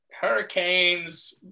Hurricanes